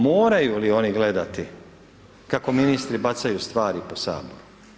Moraju li oni gledati kako ministri bacaju stvari po Saboru?